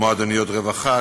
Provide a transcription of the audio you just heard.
מועדוניות רווחה,